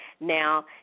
Now